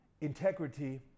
integrity